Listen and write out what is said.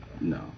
no